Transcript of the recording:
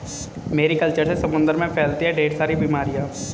Mary culture से समुद्र में फैलती है ढेर सारी बीमारियां